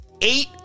eight